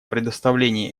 предоставлении